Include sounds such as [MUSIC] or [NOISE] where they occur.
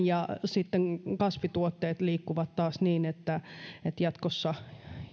[UNINTELLIGIBLE] ja sitten kasvituotteet liikkuvat taas niin että jatkossa